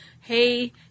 Hey